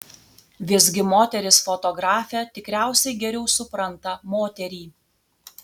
visgi moteris fotografė tikriausiai geriau supranta moterį